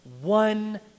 one